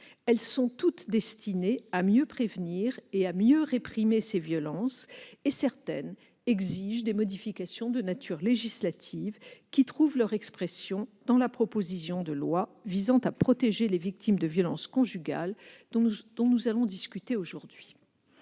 Elles sont toutes destinées à mieux prévenir et à mieux réprimer ces violences. Certaines exigent des modifications de nature législative, qui trouvent leur expression dans la proposition de loi visant à protéger les victimes de violences conjugales que nous allons examiner aujourd'hui.